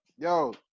Yo